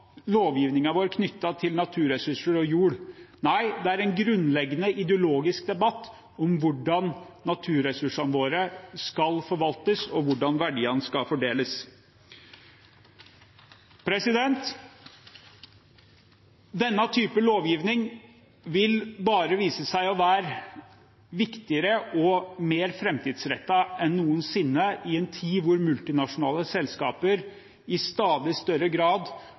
til naturressurser og jord – nei, det er en grunnleggende ideologisk debatt om hvordan naturressursene våre skal forvaltes, og hvordan verdiene skal fordeles. Denne typen lovgivning vil bare vise seg å være viktigere og mer framtidsrettet enn noensinne i en tid da multinasjonale selskaper i stadig større grad